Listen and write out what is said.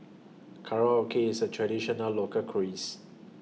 Korokke IS A Traditional Local crease